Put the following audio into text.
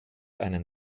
einen